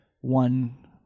one